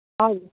हजुर